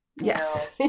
Yes